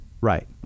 Right